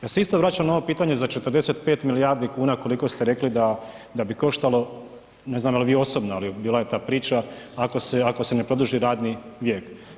Ja se isto vraćam na ovo pitanje za 45 milijardi kuna koliko ste rekli da bi koštalo, ne znam jel' vi osobno ali bila je ta priča ako se ne produži radni vijek.